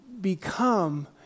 become